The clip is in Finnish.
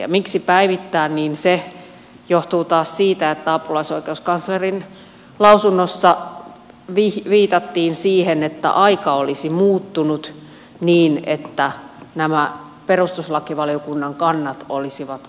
ja miksi päivittää niin se johtuu taas siitä että apulaisoikeuskanslerin lausunnossa viitattiin siihen että aika olisi muuttunut niin että nämä perustuslakivaliokunnan kannat olisivat vanhentuneet